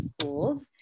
schools